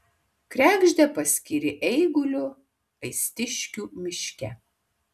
kregždę paskyrė eiguliu aistiškių miške